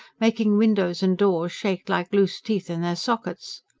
making windows and doors shake like loose teeth in their sockets.